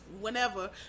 whenever